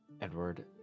Edward